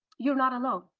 you are not alone.